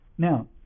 Now